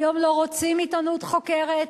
היום לא רוצים עיתונות חוקרת,